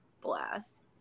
blast